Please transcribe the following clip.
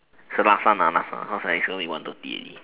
so last one last one cause is going to be one thirty already